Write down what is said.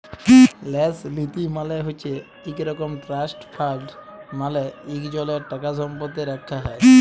ল্যাস লীতি মালে হছে ইক রকম ট্রাস্ট ফাল্ড মালে ইকজলের টাকাসম্পত্তি রাখ্যা হ্যয়